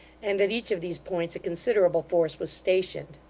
and at each of these points a considerable force was stationed.